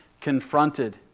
confronted